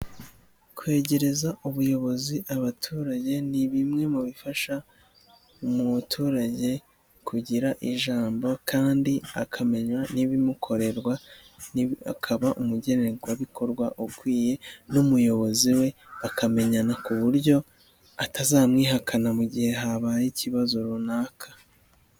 Kwegereza ubuyobozi abaturage ni bimwe mu bifasha umuturage kugira ijambo kandi akamenya n'ibimukorerwa akaba umugenerwabikorwa ukwiye n'umuyobozi we bakamenyana ku buryo atazamwihakana mu gihe habaye ikibazo runaka.